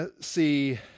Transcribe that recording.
See